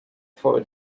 for